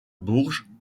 bourges